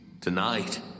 Tonight